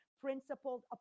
principled